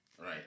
right